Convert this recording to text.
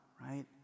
right